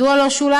מדוע לא שולם.